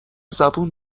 زبون